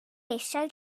eisiau